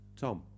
Tom